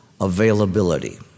availability